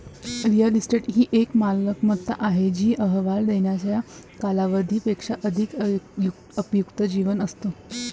real estate ही एक मालमत्ता आहे जी अहवाल देण्याच्या कालावधी पेक्षा अधिक उपयुक्त जीवन असते